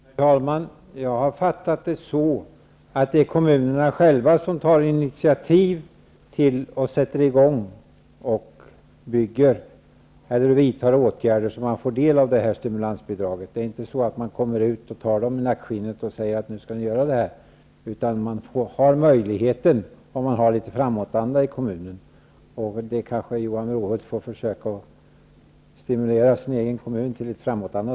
Herr talman! Jag har fattat det så att det är kommunerna själva som tar initiativ, sätter i gång att bygga eller vidtar åtgärder för att få del av detta stimulansbidrag. Man kommer inte ut och tar dem i nackskinnet och säger: Nu skall ni göra det här. Om det finns litet framåtanda i kommunen så finns möjligheten. Johan Brohult får försöka stimulera sin egen kommun till litet mera framåtanda.